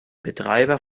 betreiber